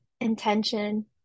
intention